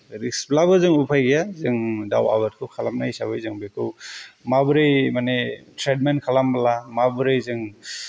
रिक्सब्लाबो जों उफाय गैया जों दाव आबादखौ खालामनाय हिसाबै जों बेखौ माबोरै माने त्रितमेन्त खालामब्ला माबोरै जों